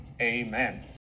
amen